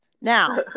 Now